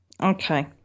Okay